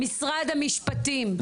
משרד המשפטים,